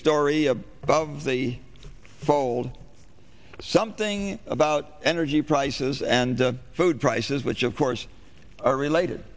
story above the fold something about energy prices and food prices which of course are related